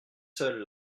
seul